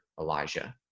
Elijah